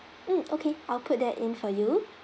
mm okay I'll put that in for you